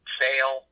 fail